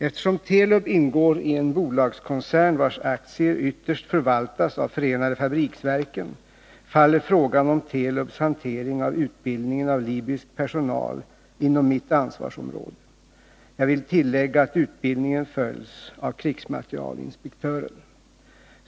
Eftersom Telub ingår i en bolagskoncern vars aktier ytterst förvaltas av förenade fabriksverken, faller frågan om Telubs hantering av utbildningen av libysk personal inom mitt ansvarsområde. Jag vill tillägga att utbildningen följs av krigsmaterielinspektören.